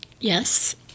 Yes